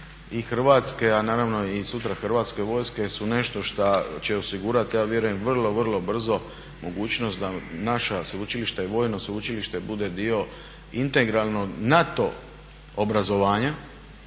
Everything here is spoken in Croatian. i Hrvatske a naravno i sutra Hrvatske vojske su nešto šta će osigurati ja vjerujem vrlo, vrlo brzo mogućnost da naša sveučilišta i vojno sveučilište bude dio integralno NATO obrazovanja.